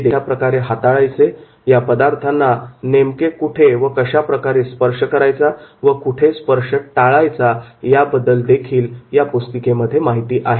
वेगवेगळे पदार्थ कशाप्रकारे हाताळायचे या पदार्थांना कुठे कशाप्रकारे स्पर्श करायचा व कुठे स्पर्श टाळायचा याबद्दल देखील माहिती आहे